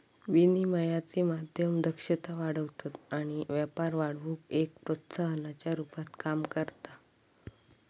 विनिमयाचे माध्यम दक्षता वाढवतत आणि व्यापार वाढवुक एक प्रोत्साहनाच्या रुपात काम करता